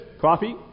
Coffee